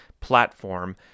platform